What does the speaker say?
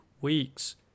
weeks